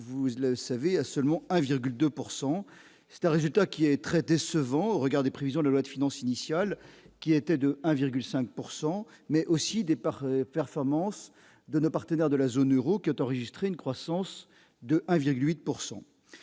vous le savez, à seulement 1,2 pourcent c'est c'est un résultat qui est très décevant au regard des prévisions, la loi de finances initiale qui était de 1,5 pourcent mais mais aussi des parts performance de nos partenaires de la zone Euro qui ont enregistré une croissance de aviez